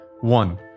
One